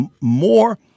more